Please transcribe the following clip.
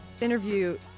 interview